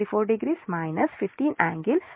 కాబట్టి Ica ఇకా 10